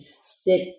sit